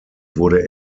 wurde